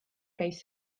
käis